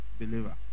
believer